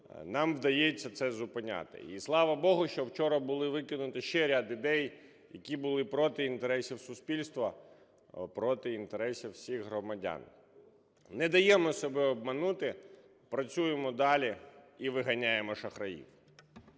нам вдається це зупиняти. І слава Богу, що вчора були викинуті ще ряд ідей, які були проти інтересів суспільства, проти інтересів всіх громадян. Не даємо себе обманути, працюємо далі і виганяємо шахраїв!